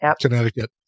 Connecticut